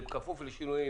זה כפוף לשינויים,